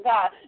God